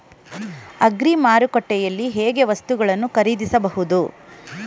Agri ಮಾರುಕಟ್ಟೆಯಲ್ಲಿ ಹೇಗೆ ವಸ್ತುಗಳನ್ನು ಖರೀದಿಸಬಹುದು?